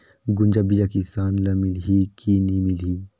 गुनजा बिजा किसान ल मिलही की नी मिलही?